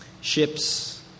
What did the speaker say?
Ships